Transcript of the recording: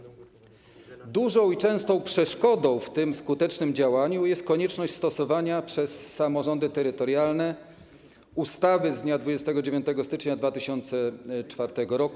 Dużą i częstą przeszkodą w tym skutecznym działaniu jest konieczność stosowania przez samorządy terytorialne ustawy z dnia 29 stycznia 2004 r.